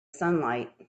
sunlight